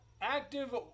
Active